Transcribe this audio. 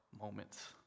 moments